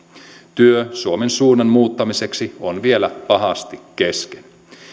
työ suomen suunnan muuttamiseksi on vielä pahasti kesken